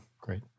great